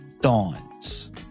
dawns